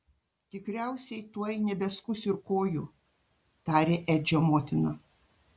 tikriausiai tuoj nebeskus ir kojų tarė edžio motina